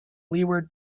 leeward